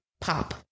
pop